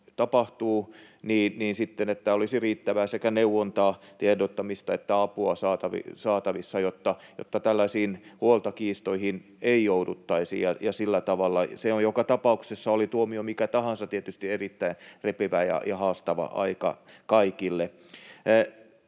pitäisi olla riittävästi sekä neuvontaa, tiedottamista että apua saatavissa, jotta tällaisiin huoltokiistoihin ei jouduttaisi ja sillä tavalla. Se on joka tapauksessa, oli tuomio mikä tahansa, tietysti erittäin repivää ja haastavaa aikaa kaikille.